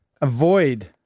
avoid